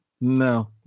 no